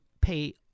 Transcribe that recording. pay